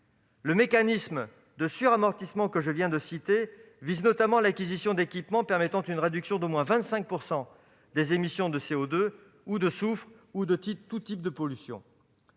Le mécanisme de suramortissement que je viens de citer vise notamment l'acquisition d'équipements permettant une réduction d'au moins 25 % des émissions de CO2, de soufre ou de tout type de pollution.